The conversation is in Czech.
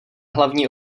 hlavní